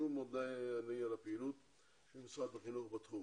שוב מודה אני על הפעילות של משרד החינוך בתחום.